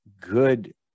good